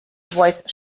voice